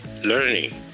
learning